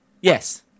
Yes